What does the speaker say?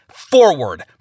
forward